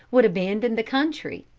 would abandon the country.